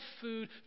food